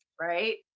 Right